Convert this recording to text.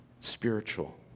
Spiritual